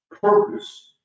purpose